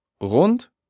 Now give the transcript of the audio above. rund